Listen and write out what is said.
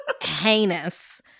heinous